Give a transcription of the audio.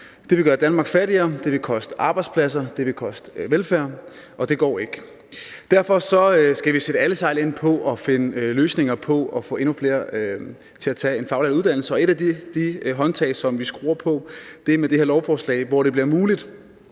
Det vil gøre Danmark fattigere, det vil koste arbejdspladser, det vil koste velfærd, og det går ikke. Derfor skal vi sætte alle sejl til for at finde løsninger på at få endnu flere til at tage en faglært uddannelse, og et af de håndtag, som vi drejer på, er det her lovforslag, som betyder, at det bliver muligt